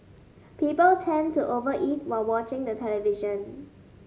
people tend to over eat while watching the television